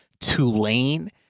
Tulane